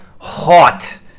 hot